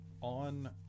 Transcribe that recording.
On